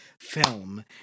film